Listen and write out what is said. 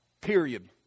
Period